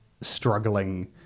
struggling